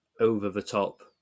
over-the-top